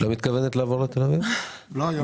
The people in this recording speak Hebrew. את לא מתכוונת לעבור לתל אביב?\ למרות